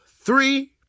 three